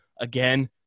again